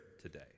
today